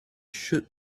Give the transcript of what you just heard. should